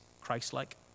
Christ-like